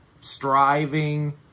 striving